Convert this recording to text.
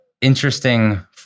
interesting